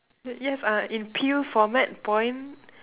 yes uh in peel format point